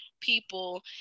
people